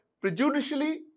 prejudicially